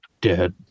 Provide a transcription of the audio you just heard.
dead